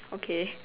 okay